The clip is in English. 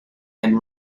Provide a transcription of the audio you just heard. and